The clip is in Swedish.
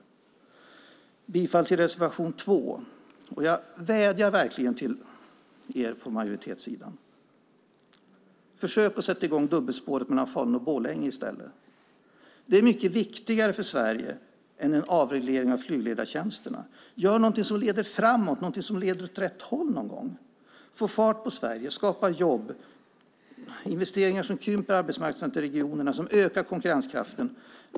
Jag vill yrka bifall till reservation 2, och jag vädjar verkligen till er på majoritetssidan att försöka sätta i gång med dubbelspåret mellan Falun och Borlänge i stället. Det är mycket viktigare för Sverige än en avreglering av flygledartjänsterna. Gör någonting som leder framåt, som leder åt rätt håll någon gång! Få fart på Sverige. Skapa jobb. Gör investeringar som krymper arbetsmarknadsregionerna och som ökar konkurrenskraften.